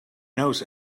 knows